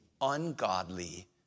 ungodly